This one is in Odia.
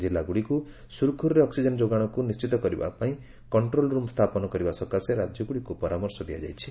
ଜିଲ୍ଲାଗୁଡ଼ିକୁ ସୁରୁଖୁରୁରେ ଅକ୍ସିଜେନ ଯୋଗାଶକୁ ନିଶ୍ଚିତ କରିବା ପାଇଁ କଣ୍ଟ୍ରୋଲ୍ ରୁମ୍ ସ୍ଥାପନ କରିବା ସକାଶେ ରାଜ୍ୟଗୁଡ଼ିକୁ ପରାମର୍ଶ ଦିଆଯାଇଛି